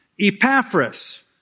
Epaphras